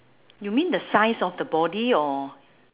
you mean the size of the body or